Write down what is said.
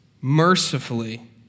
mercifully